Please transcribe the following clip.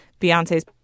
Beyonce's